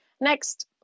Next